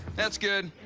that's good.